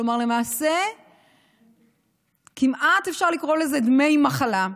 כלומר למעשה כמעט אפשר לקרוא לזה דמי מחלה.